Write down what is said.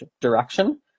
direction